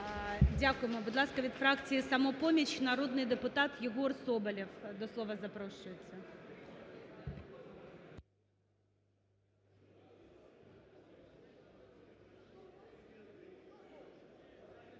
Дякуємо. Будь ласка, від фракції "Самопоміч" народний депутат Єгор Соболєв до слова запрошується.